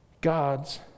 God's